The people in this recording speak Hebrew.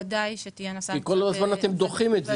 ודאי שתהיינה סנקציות --- כי כל הזמן אתם דוחים את זה.